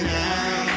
now